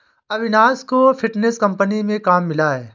अविनाश को fintech company में काम मिला है